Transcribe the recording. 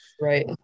Right